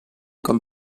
comme